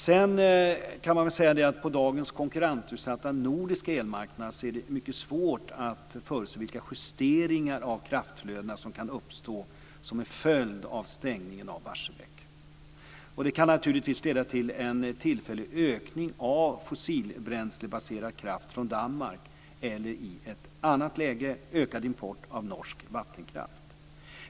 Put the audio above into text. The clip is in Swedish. Sedan kan man säga att på dagens konkurrensutsatta nordiska elmarknad så är det mycket svårt att förutse vilka justeringar av kraftflödena som kan uppstå som en följd av stängningen av Barsebäck. Och det kan naturligtvis leda till en tillfällig ökning av fossilbränslebaserad kraft från Danmark eller i ett annat läge ökad import av norsk vattenkraft.